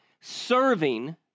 serving